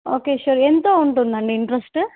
okay sure ఎంత ఉంటుంది అండి ఇంట్రస్టు